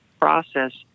process